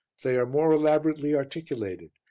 they are more elaborately articulated,